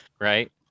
right